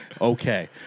Okay